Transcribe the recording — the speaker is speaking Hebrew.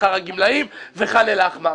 שכר הגמלאים וחאן אל-אחמר.